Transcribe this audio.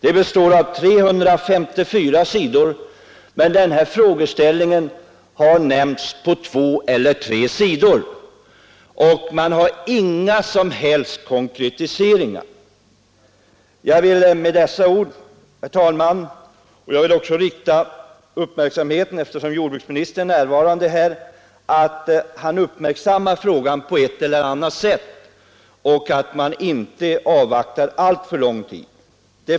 Det består av 354 sidor — den nu aktuella frågan nämns på två eller tre sidor, och det görs inga som helst konkretiseringar. Eftersom jordbruksministern är närvarande i kammaren vill jag vädja till honom att uppmärksamma frågan på ett eller annat sätt och att inte avvakta alltför länge.